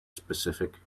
specific